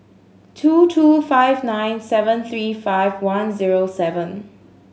two two five nine seven three five one zero seven